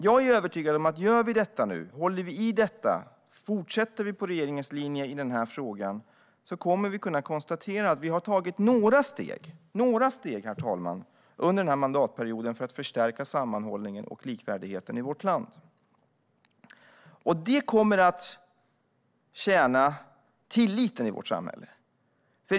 Jag är övertygad om att om vi nu gör detta - håller i detta och fortsätter på regeringens linje i denna fråga - kommer vi att kunna konstatera att vi har tagit några steg under denna mandatperiod för att förstärka sammanhållningen och likvärdigheten i vårt land. Det kommer att tjäna tilliten i vårt samhälle.